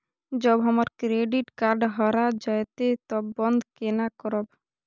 जब हमर credit card हरा जयते तब बंद केना करब?